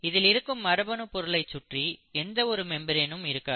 இதில் இருக்கும் மரபணு பொருளைச் சுற்றி எந்த ஒரு மெம்பிரெனும் இருக்காது